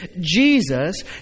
Jesus